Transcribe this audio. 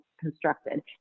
constructed